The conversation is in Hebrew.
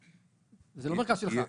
זה לא מרכז שלך.